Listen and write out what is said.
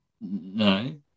No